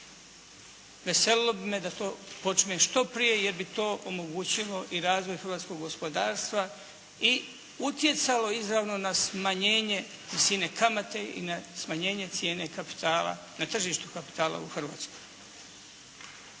Veselilo bi me da to počne što prije jer bi to omogućilo i razvoj hrvatskog gospodarstva i utjecalo izravno na smanjenje visine kamate i na smanjenje cijene kapitala, na tržištu kapitala u Hrvatskoj.